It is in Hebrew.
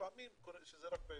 שלפעמים זה רק בעברית.